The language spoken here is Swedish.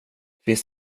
finns